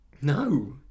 no